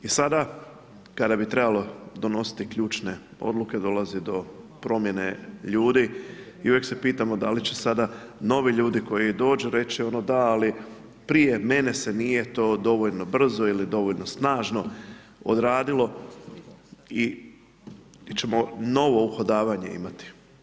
I sada kada bi trebalo donositi ključne odluke dolazi do promjene ljudi i uvijek se pitamo da li će sada novi ljudi koji dođu reći ono da ali prije mene se nije to dovoljno brzo ili dovoljno snažno odradilo i da ćemo novo uhodavanje imati.